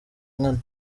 nkana